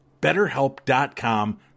BetterHelp.com